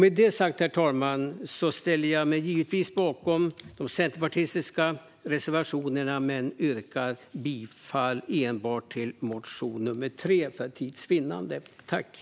Med detta, herr talman, ställer jag mig givetvis bakom de centerpartistiska reservationerna. För tids vinnande yrkar jag dock bifall enbart till reservation 3.